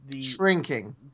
Shrinking